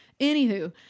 anywho